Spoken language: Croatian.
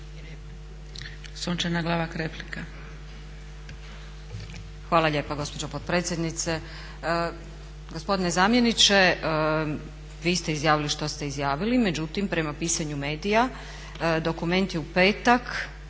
Sunčana Glavak replika.